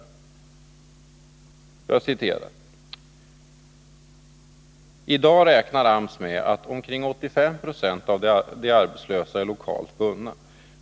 Han säger: ”Idag räknar AMS med att omkring 85 procent av de arbetslösa är lokalt bundna.